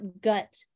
gut